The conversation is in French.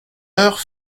heure